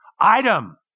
Item